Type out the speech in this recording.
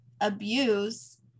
abuse